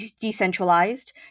decentralized